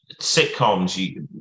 sitcoms